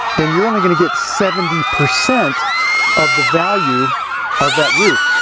then you're only going to get seventy percent of the value of that roof.